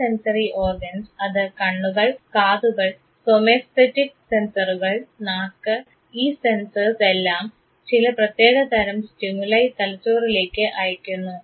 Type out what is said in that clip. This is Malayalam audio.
ഈ സെൻസറി ഓർഗൻസ് അത് കണ്ണുകൾ കാതുകൾ സോമേസ്തെറ്റിക് സെൻസറുകൾ നാക്ക് ഈ സെൻസേർസ് എല്ലാം ചില പ്രത്യേക തരം സ്റ്റിമുലൈ തലച്ചോറിലേക്ക് അയക്കുന്നു